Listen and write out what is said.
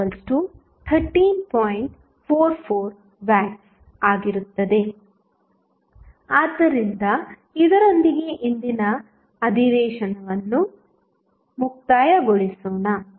44W ಆಗಿರುತ್ತದೆ ಆದ್ದರಿಂದ ಇದರೊಂದಿಗೆ ಇಂದಿನ ಅಧಿವೇಶನವನ್ನು ಮುಕ್ತಾಯಗೊಳಿಸೋಣ